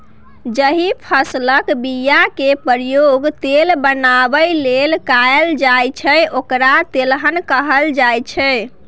जाहि फसलक बीया केर प्रयोग तेल बनाबै लेल कएल जाइ छै ओकरा तेलहन कहल जाइ छै